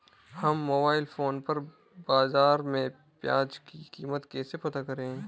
हम mobile phone पर बाज़ार में प्याज़ की कीमत कैसे पता करें?